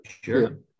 Sure